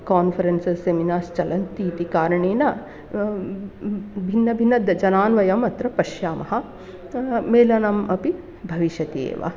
conference seminars चलन्ति इति कारणेन भिन्नभिन्न द जनान् वयम् अत्र पश्यामः मेलनम् अपि भविष्यति एव